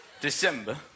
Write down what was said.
December